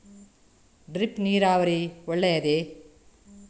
Drip ನೀರಾವರಿ ಒಳ್ಳೆಯದೇ?